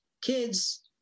kids